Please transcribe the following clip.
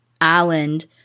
island